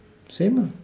same ah